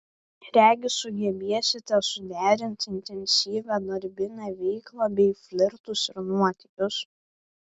regis sugebėsite suderinti intensyvią darbinę veiklą bei flirtus ir nuotykius